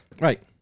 Right